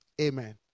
Amen